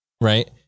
Right